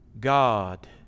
God